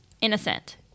innocent